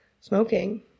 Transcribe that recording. smoking